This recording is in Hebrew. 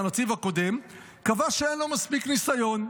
הנציב הקודם קבע שאין לו מספיק ניסיון.